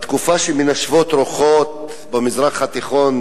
בתקופה שמנשבות רוחות במזרח התיכון